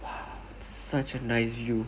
!wah! such a nice view